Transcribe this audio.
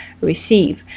receive